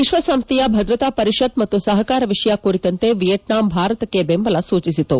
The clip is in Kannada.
ವಿಶ್ವಸಂಸ್ಥೆಯ ಭದ್ರತಾ ಪರಿಷತ್ ಮತ್ತು ಸಹಕಾರ ವಿಷಯ ಕುರಿತಂತೆ ವಿಯೆಟ್ನಾಂ ಭಾರತಕ್ಕೆ ಬೆಂಬಲ ಸೂಚಿಸಿತು